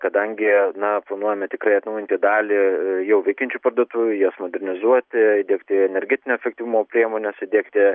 kadangi na planuojame tikrai atnaujinti dalį jau veikiančių parduotuvių jas modernizuoti įdiegti energetinio efektyvumo priemones įdiegti